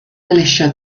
militia